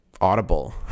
Audible